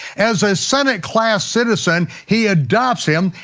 as a senate-class citizen he adopts him,